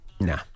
Nah